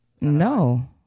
No